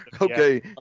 okay